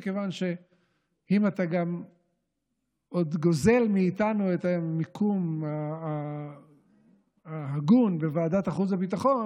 מכיוון שאם אתה עוד גוזל מאיתנו את המיקום ההגון בוועדת החוץ והביטחון,